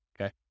okay